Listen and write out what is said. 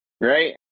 Right